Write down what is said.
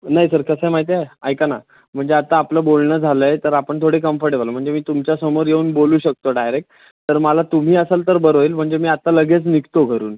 नाही सर कसं आहे माहिती आहे ऐका ना म्हणजे आत्ता आपलं बोलणं झालं आहे तर आपण थोडे कम्फरटेबल आहोत म्हणजे मी तुमच्यासमोर येऊन बोलू शकतो डायरेक तर मला तुम्ही असाल तर बरं होईल म्हणजे मी आत्ता लगेच निघतो घरून